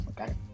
Okay